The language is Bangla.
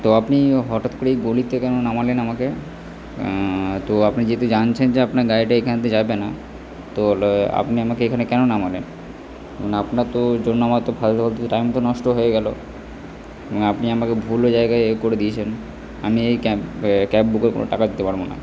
তো আপনি হঠাৎ করে এই গলিতে কেন নামালেন আমাকে তো আপনি যেহেতু জানছেন যে আপনার গাড়িটা এখান দিয়ে যাবে না তো আপনি আমাকে এখানে কেন নামালেন কারণ আপনার তো জন্য আমার তো ফালতু ফালতু টাইম তো নষ্ট হয়ে গেল এবং আপনি আমাকে ভুলও জায়গায় এ করে দিয়েছেন আমি এই ক্যাব ক্যাব বুকের কোনো টাকা দিতে পারবো না